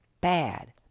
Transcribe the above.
bad